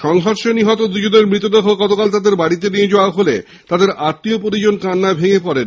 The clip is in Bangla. সংঘর্ষে নিহত দুজনের মৃতদেহ গতকাল তাদের বাড়িতে নিয়ে যাওয়া হলে তাদের আত্মীয় পরিজন কান্নায় ভেঙে পড়েন